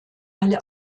alle